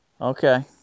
Okay